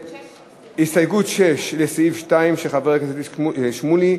הסתייגות 6 לסעיף 2, של חבר הכנסת שמולי.